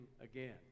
again